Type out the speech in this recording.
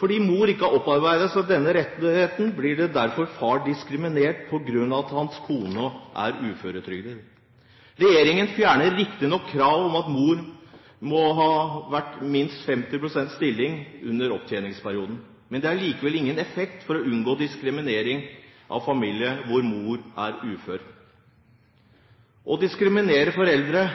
Fordi mor ikke har opparbeidet seg denne rettigheten, blir derfor far diskriminert på grunn av at hans kone er uføretrygdet. Regjeringen fjerner riktignok kravet om at mor må ha vært i minst 50 pst. stilling under opptjeningsperioden, men det har likevel ingen effekt for å unngå diskriminering av familier hvor mor er ufør. Å diskriminere foreldre